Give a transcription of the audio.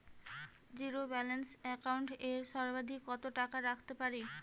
Zero balance account এ সর্বাধিক কত টাকা রাখতে পারি?